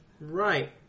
Right